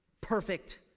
perfect